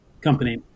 company